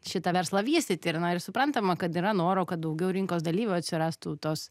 šitą verslą vystyti ir na ir suprantama kad yra noro kad daugiau rinkos dalyvių atsirastų tos